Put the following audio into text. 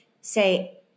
say